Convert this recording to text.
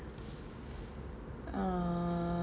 uh